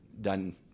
done